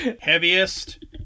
Heaviest